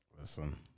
Listen